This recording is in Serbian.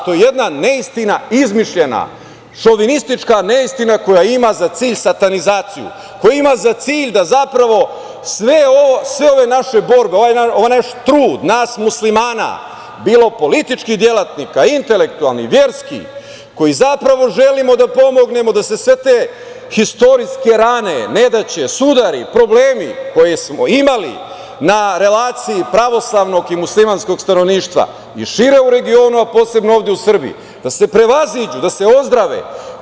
To je neistina, izmišljena, šovinistička neistina koja ima za cilj satanizaciju, koja ima za cilj da zapravo sve ove naše borbe, ovaj naš trud nas Muslimana, bilo političkih delatnika, intelektualnih, verskih, koji zapravo želimo da pomognemo da se sve te istorijske rane, nedaće, sudari, problemi koje smo imali na relaciji pravoslavnog i muslimanskog stanovništva i šire u regionu, a posebno ovde u Srbiji, da se prevaziđu, da se ozdrave.